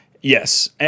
yes